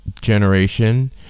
generation